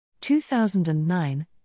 2009